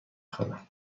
خوانم